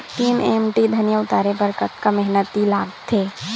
तीन एम.टी धनिया उतारे बर कतका मेहनती लागथे?